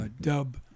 dub